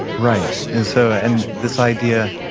right. and so, and this idea,